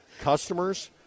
Customers